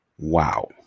Wow